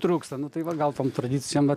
trūksta nu tai va gal tom tradicijom vat